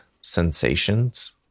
sensations